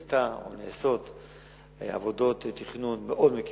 נעשות עבודות תכנון מאוד מקיפות,